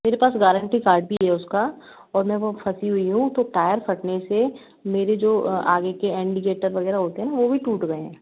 मेरे पास guarantee card भी है उसका और मैं वो फंसी हुई हूँ तो टायर फटने से मेरे जो आगे के एंडिकेटर वगैरह होते हैं ना वो भी टूट गए हैं